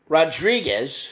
Rodriguez